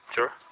Sure